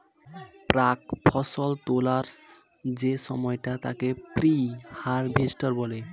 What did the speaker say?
প্রাক্ ফসল তোলার যে সময়টা তাকে প্রি হারভেস্ট বলে